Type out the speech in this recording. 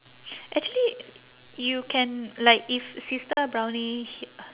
actually you can like if sister brownie h~